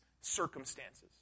circumstances